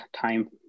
time